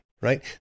right